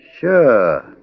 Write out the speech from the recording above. Sure